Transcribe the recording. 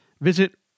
visit